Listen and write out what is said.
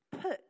put